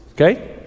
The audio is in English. okay